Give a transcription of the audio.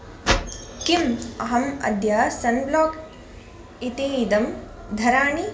किम् अहम् अद्य सन् ब्लोक् इतीदं धराणि